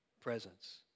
presence